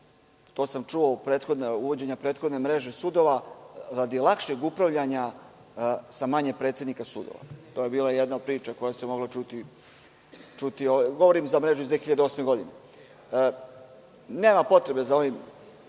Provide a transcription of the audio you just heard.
koje sam čuo za prethodno uvođenje mreže sudova radi lakšeg upravljanja sa manje predsednika sudova je bila jedna priča koja se mogla čuti. Govorim za mrežu iz 2008. godine. Nema potrebe za ovim